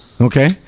okay